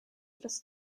dros